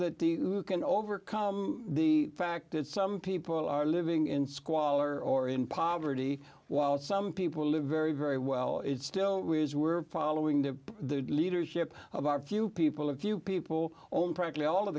you can overcome the fact that some people are living in squalor or in poverty while some people live very very well it still is we're following the leadership of our few people a few people on practically all of